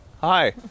hi